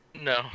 No